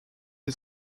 les